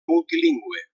multilingüe